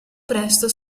presto